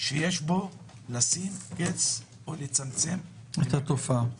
שיש בו כדי לשים קץ או לצמצם את התופעה הזאת.